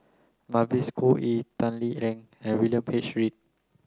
Mavis Khoo Oei Tan Lee Leng and William H Read